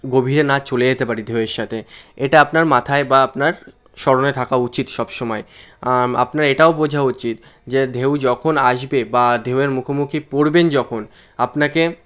গভীরে না চলে যেতে পারি ঢেউয়ের সাথে এটা আপনার মাথায় বা আপনার স্মরণে থাকা উচিত সব সময় আপনার এটাও বোঝা উচিত যে ঢেউ যখন আসবে বা ঢেউয়ের মুখোমুখি পড়বেন যখন আপনাকে